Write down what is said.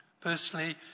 Personally